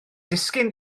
disgyn